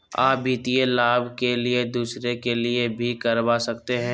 आ वित्तीय लाभ के लिए दूसरे के लिए भी करवा सकते हैं?